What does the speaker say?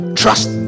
trust